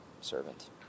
servant